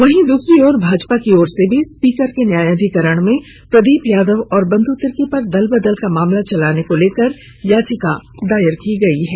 वहीं दूसरी तरफ भाजपा की ओर से भी स्पीकर के न्यायाधिकरण में प्रदीप यादव और बंधु तिर्की पर दलबदल का मामला चलाने को लेकर याचिका दायर की गई है